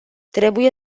trebuie